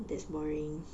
that's boring